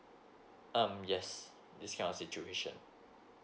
um yes discount situation